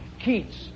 Keats